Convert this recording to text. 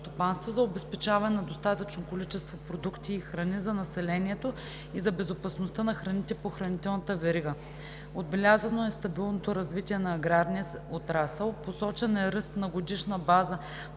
за обезпечаване на достатъчно количество продукти и храни за населението и за безопасността на храните по хранителната верига. Отбелязано е стабилното развитие на аграрния отрасъл. Посочен е ръст на годишна база